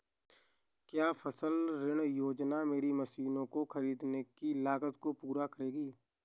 क्या फसल ऋण योजना मेरी मशीनों को ख़रीदने की लागत को पूरा करेगी?